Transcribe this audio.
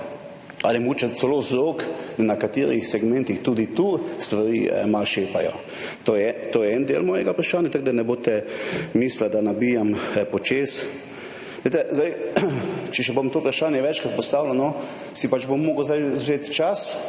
ali so mogoče celo vzrok, da na nekaterih segmentih tudi tukaj stvari malo šepajo? To je en del mojega vprašanja, tako da ne boste mislili, da nabijam počez. Če bom to vprašanje še večkrat postavljeno, si pač bom mogel zdaj vzeti čas,